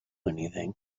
anything